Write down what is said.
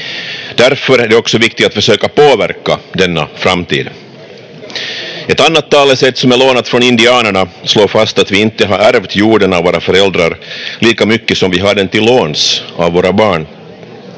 Därför är det också viktigt att försöka påverka denna framtid. Ett annat talesätt som är lånat från indianerna slår fast att vi inte har ärvt jorden av våra föräldrar lika mycket som vi har den till låns av våra barn.